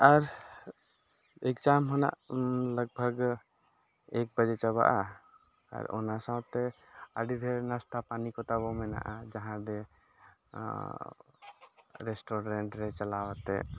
ᱟᱨ ᱮᱠᱡᱟᱢ ᱦᱚᱱᱟᱜ ᱞᱚᱜᱽᱵᱷᱚᱜᱽ ᱮᱠ ᱵᱟᱡᱮ ᱪᱟᱵᱟᱜᱼᱟ ᱟᱨ ᱚᱱᱟ ᱥᱟᱶᱛᱮ ᱟᱹᱰᱤ ᱰᱷᱮᱨ ᱱᱟᱥᱛᱟ ᱯᱟᱱᱤ ᱠᱚ ᱛᱟᱵᱚ ᱢᱮᱱᱟᱜᱼᱟ ᱡᱟᱦᱟᱸ ᱫᱚ ᱨᱮᱥᱴᱩᱨᱮᱱᱴ ᱨᱮ ᱪᱟᱞᱟᱣ ᱠᱟᱛᱮᱫ